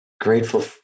grateful